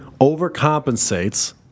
overcompensates